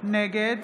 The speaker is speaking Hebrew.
נגד